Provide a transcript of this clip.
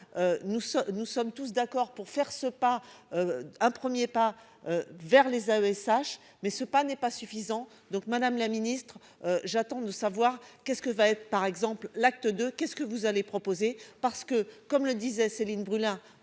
nous sommes tous d'accord pour faire ce pas. Un 1er pas vers les AESH. Mais ce pas n'est pas suffisant donc Madame la Ministre j'attends de savoir qu'est ce que va être par exemple l'acte de qu'est-ce que vous allez proposer parce que comme le disait Céline Brulin,